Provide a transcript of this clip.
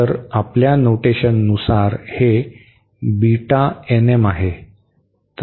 तर आपल्या नोटेशननुसार हे आहे